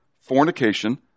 fornication